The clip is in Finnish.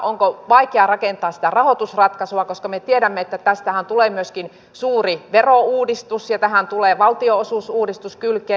onko vaikea rakentaa sitä rahoitusratkaisua koska me tiedämme että tästähän tulee myöskin suuri verouudistus ja tähän tulee valtionosuusuudistus kylkeen